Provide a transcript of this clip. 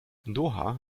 doha